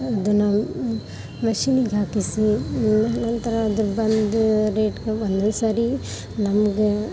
ಅದನ್ನು ಮೆಷಿನ್ನಿಗೆ ಹಾಕಿಸಿ ನಂತರ ಅದು ಬಂದು ರೇಟಿಗೆ ಬಂದರೆ ಸರಿ ನಮ್ಗೆ